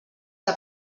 que